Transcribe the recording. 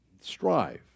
Strive